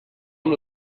amb